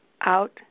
out